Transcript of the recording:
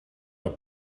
door